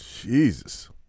Jesus